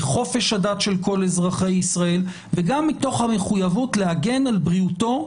לחופש הדת של כל אזרחי ישראל וגם מתוך המחויבות להגן על בריאותו,